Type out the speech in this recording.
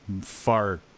far